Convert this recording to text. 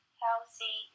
healthy